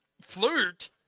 flirt